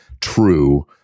true